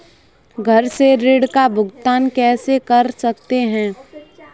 घर से ऋण का भुगतान कैसे कर सकते हैं?